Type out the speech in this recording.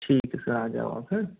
ठीक है सर आ जाओ आप फिर